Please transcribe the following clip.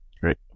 Great